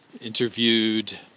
interviewed